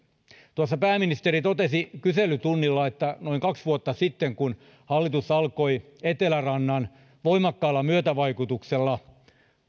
pääministeri totesi kyselytunnilla että noin kaksi vuotta sitten kun hallitus alkoi etelärannan voimakkaalla myötävaikutuksella